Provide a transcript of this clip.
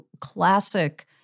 classic